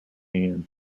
anne